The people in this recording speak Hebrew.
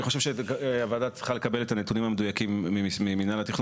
אני חושב שהוועדה צריכה לקבל את הנתונים המדויקים ממינהל התכנון